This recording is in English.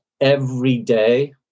everyday